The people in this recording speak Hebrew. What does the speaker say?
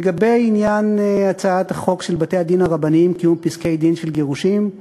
לגבי הצעת חוק בתי-דין רבניים (קיום פסקי-דין של גירושין)